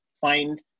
Find